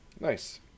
Nice